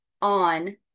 on